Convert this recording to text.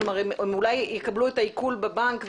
שאולי יקבלו את העיקול בבנק,